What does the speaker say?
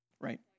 Right